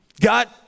God